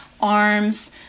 arms